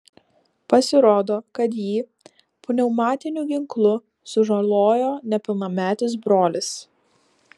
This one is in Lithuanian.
pasirodo kad jį pneumatiniu ginklu sužalojo nepilnametis brolis